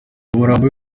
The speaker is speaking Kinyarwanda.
umurambo